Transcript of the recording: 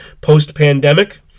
post-pandemic